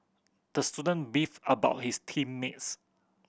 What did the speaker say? the student beefed about his team mates